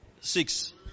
Six